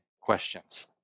questions